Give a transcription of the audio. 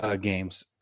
games